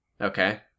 okay